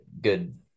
good